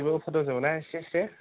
गासिबो अफार दंजोबोना एसे एसे